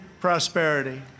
prosperity